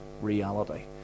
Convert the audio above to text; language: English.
reality